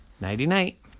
Nighty-night